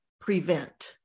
prevent